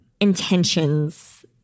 intentions